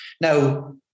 Now